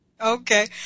Okay